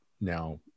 now